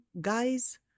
guys